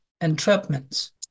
entrapments